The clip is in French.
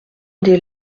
des